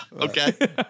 Okay